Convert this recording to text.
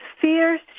fierce